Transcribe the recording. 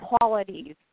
qualities